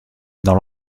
dans